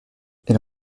elle